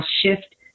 shift